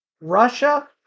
Russia